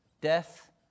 death